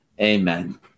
Amen